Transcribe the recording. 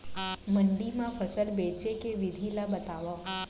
मंडी मा फसल बेचे के विधि ला बतावव?